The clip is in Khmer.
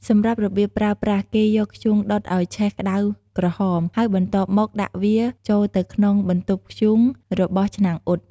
សម្រាប់របៀបប្រើប្រាស់ គេយកធ្យូងដុតឲ្យឆេះក្តៅក្រហម ហើយបន្ទាប់មកដាក់វាចូលទៅក្នុងបន្ទប់ធ្យូងរបស់ឆ្នាំងអ៊ុត។